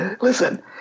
listen